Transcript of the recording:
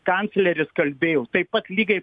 kancleris kalbėjo taip pat lygiai